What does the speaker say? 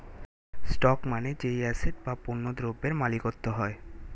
stock মানে যেই asset বা পণ্য দ্রব্যের মালিকত্ব হয়